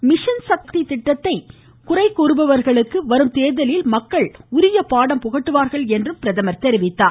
இந்த மிஷன்சக்தி திட்டத்தை குறை கூறுபவர்களுக்கு வரும் தேர்தலில் மக்கள் பாடம் புகட்டுவார்கள் என்றும் பிரதமர் கூறினார்